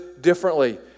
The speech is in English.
differently